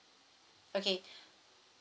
okay